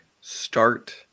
start